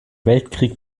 weltkrieg